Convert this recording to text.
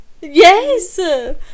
Yes